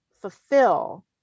fulfill